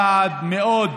זה צעד שמאוד